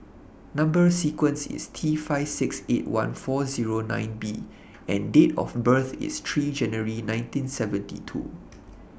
Number sequence IS T five six eight one four nine B and Date of birth IS three January nineteen seventy two